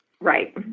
Right